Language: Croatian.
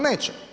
Neće.